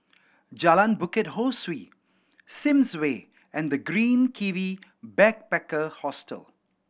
Jalan Bukit Ho Swee Sims Way and The Green Kiwi Backpacker Hostel